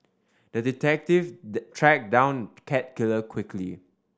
the detective tracked down cat killer quickly